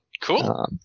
Cool